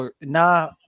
Na